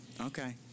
Okay